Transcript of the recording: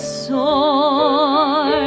soar